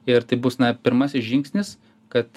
ir tai bus na pirmasis žingsnis kad